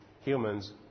humans